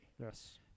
Yes